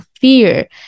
fear